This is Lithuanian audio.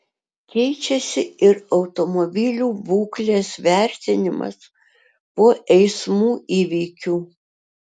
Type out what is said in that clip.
keičiasi ir automobilių būklės vertinimas po eismų įvykių